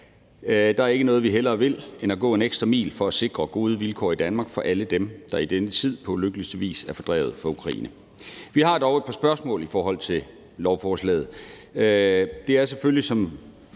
Der er ikke noget, vi hellere vil, end at gå en ekstra mil for at sikre gode vilkår i Danmark for alle dem, der i denne tid på ulykkeligste vis er fordrevet fra Ukraine. Vi har dog et par spørgsmål i forhold til lovforslaget. Det er selvfølgelig noget,